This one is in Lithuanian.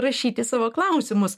rašyti savo klausimus